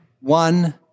one